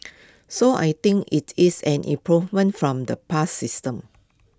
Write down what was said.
so I think IT is an improvement from the past system